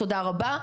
תודה רבה.